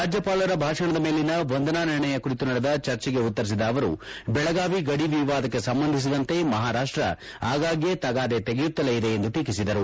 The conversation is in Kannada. ರಾಜ್ಯಪಾಲರ ಭಾಷಣದ ಮೇಲಿನ ವಂದನಾ ನಿರ್ಣಯ ಕುರಿತು ನಡೆದ ಚರ್ಚೆಗೆ ಉತ್ತರಿಸಿದ ಅವರು ಬೆಳಗಾವಿ ಗಡಿ ವಿವಾದಕ್ಕೆ ಸಂಬಂಧಿಸಿದಂತೆ ಮಹಾರಾಷ್ಟ ಆಗಾಗ್ಕೆ ತಗಾದೆ ತೆಗೆಯುತ್ತಲೇ ಇದೆ ಎಂದು ಟೀಕಿಸಿದರು